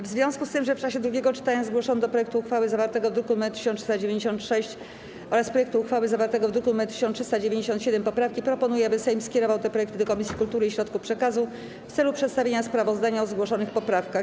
W związku z tym, że w czasie drugiego czytania zgłoszono do projektu uchwały zawartego w druku nr 1396 oraz projektu uchwały zawartego w druku nr 1397 poprawki, proponuję, aby Sejm skierował te projekty do Komisji Kultury i Środków Przekazu w celu przedstawienia sprawozdania o zgłoszonych poprawkach.